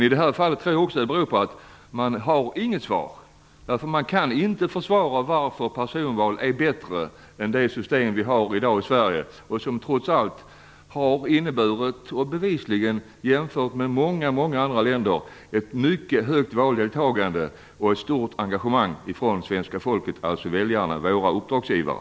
I det här fallet tror jag att det också beror på att man inte har något svar. Man kan inte försvara ett påstående om att personval är bättre än det system vi har i dag i Sverige, som trots allt bevisligen har inneburit ett i jämförelse med många andra länder mycket högt valdeltagande och stort engagemang ifrån det svenska folket, alltså väljarna, våra uppdragsgivare.